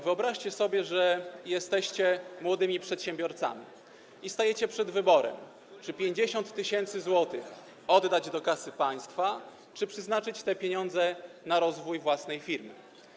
Wyobraźcie sobie, że jesteście młodymi przedsiębiorcami i stajecie przed wyborem, czy 50 tys. zł oddać do kasy państwa, czy przeznaczyć te pieniądze na rozwój własnej firmy.